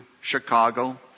Chicago